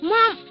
Mom